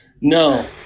No